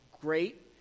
great